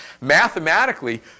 Mathematically